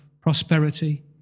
prosperity